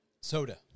soda